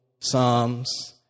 psalms